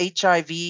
HIV